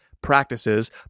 Practices